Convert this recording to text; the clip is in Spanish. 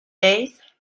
hayes